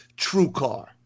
TrueCar